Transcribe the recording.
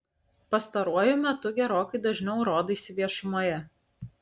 pastaruoju metu gerokai dažniau rodaisi viešumoje